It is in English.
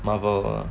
Marvel